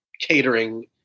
catering